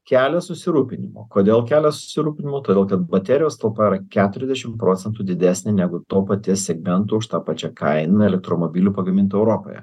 kelia susirūpinimo kodėl kelia susirūpinimo todėl kad baterijos talpa yra keturiasdešim procentų didesnė negu to paties segmento už tą pačią kainą elektromobilių pagamintų europoje